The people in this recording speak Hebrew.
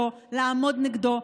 לעמוד נגדו,